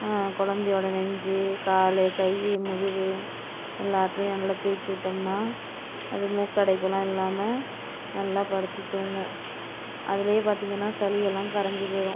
குழந்தையோட நெஞ்சு கால் கை முதுகு எல்லாத்துலேயும் நல்ல தேச்சுட்டோம்னால் அது மூக்கடைப்புலாம் இல்லாமல் நல்லா படுத்து தூங்கும் அதுலேயே பார்த்திங்கனா சளி எல்லாம் கரைஞ்சி போயிடும்